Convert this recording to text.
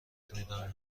میدم